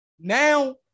Now